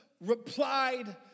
replied